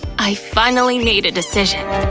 i finally made a decision!